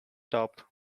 top